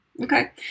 Okay